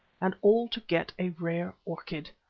and all to get a rare orchid!